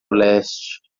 leste